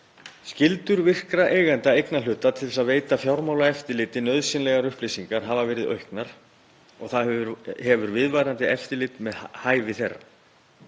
Skyldur virkra eigenda eignarhluta til að veita Fjármálaeftirlitinu nauðsynlegar upplýsingar hafa verið auknar og það hefur viðvarandi eftirlit með hæfi þeirra.